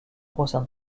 concerne